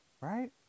right